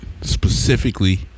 Specifically